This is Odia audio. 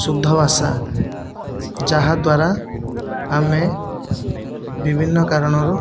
ଶୁଦ୍ଧ ଭାଷା ଯାହା ଦ୍ଵାରା ଆମେ ବିଭିନ୍ନ କାରଣରୁ